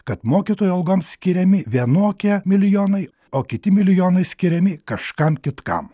kad mokytojų algoms skiriami vienokie milijonai o kiti milijonai skiriami kažkam kitkam